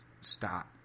stop